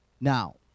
Now